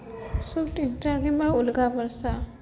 କିମ୍ବା ଉଲକା ବର୍ଷା